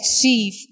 achieve